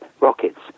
rockets